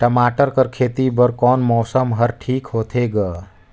टमाटर कर खेती बर कोन मौसम हर ठीक होथे ग?